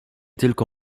tylko